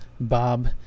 Bob